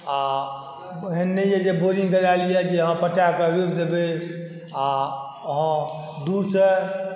आ एहन नहि अछि जे बोरिंग गरायल अछि जे आहाँ पटाय कऽ रोपि देबै आ आहाँ दूरसँ